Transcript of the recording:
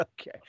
Okay